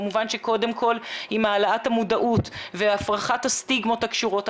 כמובן שקודם כל עם העלאת המודעות והפרחת הסטיגמות הקשורות,